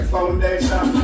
Foundation